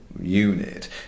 unit